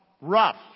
Rough